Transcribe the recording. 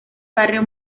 barrio